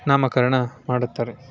ನಾಮಕರಣ ಮಾಡುತ್ತಾರೆ